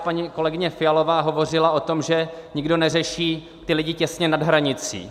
Paní kolegyně Fialová hovořila o tom, že nikdo neřeší ty lidi těsně nad hranicí.